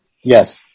Yes